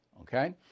okay